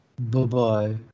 Bye-bye